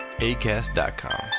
ACAST.com